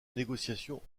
négociations